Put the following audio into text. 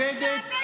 שואלת אותך.